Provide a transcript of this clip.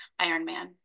Ironman